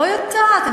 לא יודעת.